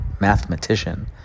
mathematician